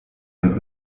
damit